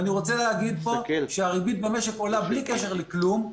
אני רוצה להגיד פה שהריבית במשק עולה בלי קשר לכלום,